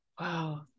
Wow